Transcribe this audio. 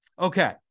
Okay